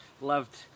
loved